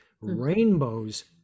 rainbows